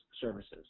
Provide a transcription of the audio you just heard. services